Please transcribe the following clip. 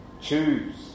Choose